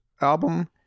album